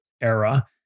era